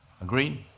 Agreed